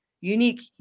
unique